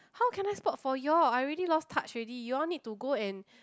how can I spot for you all I already lost touch already you all need to go and